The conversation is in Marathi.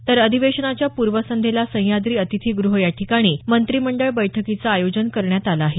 तर अधिवेशनाच्या पूर्वसंध्येला सह्याद्री अतिथीगृह याठिकाणी मंत्रीमंडळ बैठकीचं आयोजन करण्यात आलं आहे